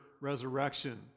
resurrection